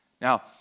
Now